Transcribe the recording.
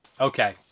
okay